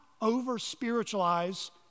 over-spiritualize